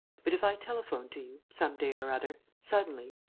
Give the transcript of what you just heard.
but if i telephone to you, some day or other, suddenly,